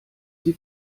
sie